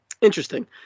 interesting